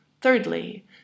Thirdly